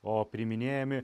o priiminėjami